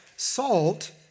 Salt